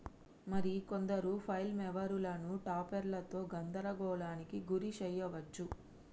మరి కొందరు ఫ్లైల్ మోవరులను టాపెర్లతో గందరగోళానికి గురి శెయ్యవచ్చు